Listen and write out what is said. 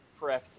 prepped